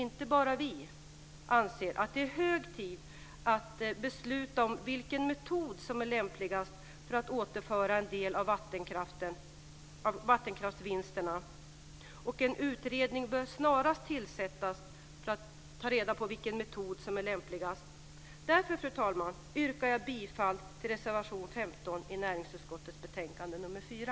Inte bara vi anser att det är hög tid att besluta om vilken metod som är lämpligast för att återföra en del av vattenkraftsvinsterna. En utredning bör snarast tillsättas för att ta reda på vilken metod som är lämpligast. Därför, fru talman, yrkar jag bifall till reservation 15 i näringsutskottets betänkande nr 4.